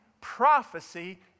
prophecy